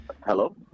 Hello